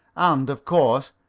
and, of course,